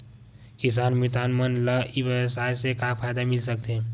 किसान मितान मन ला ई व्यवसाय से का फ़ायदा मिल सकथे?